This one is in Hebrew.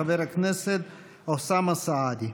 חבר הכנסת אוסאמה סעדי.